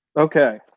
Okay